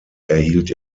erhielt